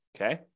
Okay